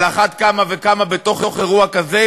על אחת כמה בתוך אירוע כזה,